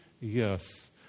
Yes